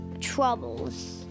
troubles